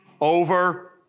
over